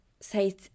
say